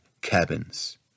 cabins